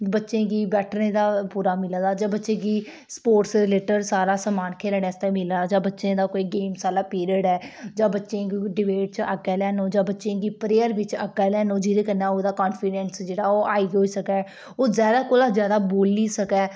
बच्चें गी बैठने दा पूरा मिलै दा जां बच्चें गी स्पोर्टस दे रिलेटेड सारा समान मिलै जां बच्चें दा कोई गेमें आह्ला पीरियड ऐ जां बच्चें गी डिवेट बिच अग्गें लैना जां बच्चें गी परेयर बिच अग्गें लैना ओह्दे कन्नै कान्फीडेंस जेह्ड़ा ओह् हाई होई सकै ओह् जैदा कोला जैदा बोली सकै